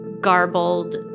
garbled